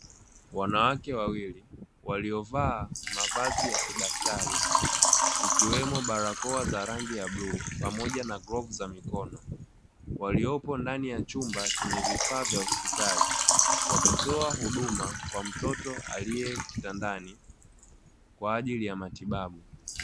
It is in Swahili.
Wanawake wawili waliovaa mavazi ya kidaktari, ikiwemo barakoa za rangi ya bluu pamoja na glavu za mikono. Waliopo ndani ya chumba chenye vifaa vya hospitali, wakitoa huduma kwa mtoto aliye kitandani kwa ajili ya matibabu.